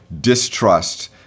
distrust